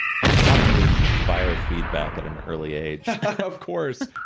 probably biofeedback at an early age of course.